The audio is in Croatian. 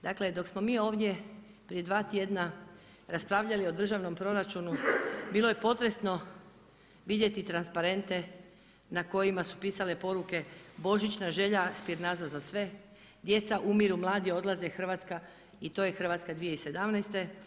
Dakle, dok smo mi ovdje prije dva tjedna raspravljali o državnom proračunu bilo je potresno vidjeti transparente na kojima su pisale poruke božićna želja spinaza za sve, djeca umiru, mladi odlaze i to je Hrvatska 2017.